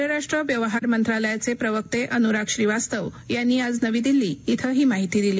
परराष्ट्र व्यवहार मंत्रालयाचे प्रवक्ते अनुराग श्रीवास्तव यांनी आज नवी दिल्ली इथं ही माहिती दिली